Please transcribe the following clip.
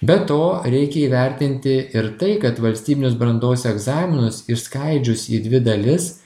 be to reikia įvertinti ir tai kad valstybinius brandos egzaminus išskaidžius į dvi dalis